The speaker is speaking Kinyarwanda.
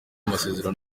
amasezerano